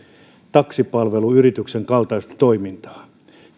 taksipalveluyrityksen kaltaista toimintaa